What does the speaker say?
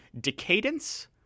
Decadence